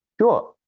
Sure